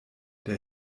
der